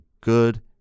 good